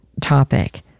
topic